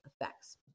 effects